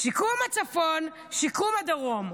שיקום הצפון, שיקום הדרום.